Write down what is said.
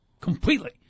completely